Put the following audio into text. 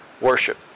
worship